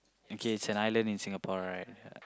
okay it's an island in Singapore right